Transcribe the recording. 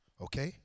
okay